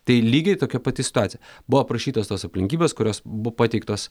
tai lygiai tokia pati situacija buvo aprašytos tos aplinkybės kurios buvo pateiktos